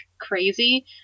crazy